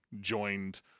joined